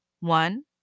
One